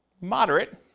Moderate